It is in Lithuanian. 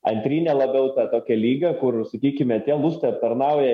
antrine labiau tokio lygio kur sakykime tie lustai aptarnauja